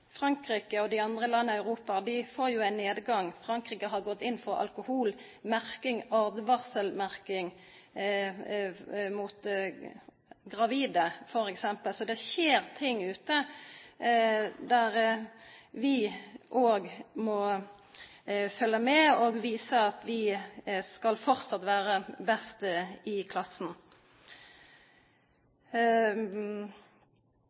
Frankrike og andre land i Europa har jo ein nedgang. Frankrike har gått inn for alkoholmerking og varselmerking overfor gravide, f.eks. Så det skjer ting ute. Vi òg må følgja med og visa at vi skal fortsetja å vera best i klassen.